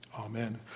Amen